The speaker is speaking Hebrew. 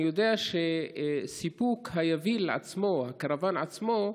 אני יודע שסיפוק היביל עצמו, הקרוון עצמו,